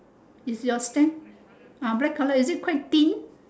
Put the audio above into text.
is your stand ah black colour is it quite thin